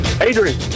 Adrian